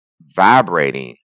vibrating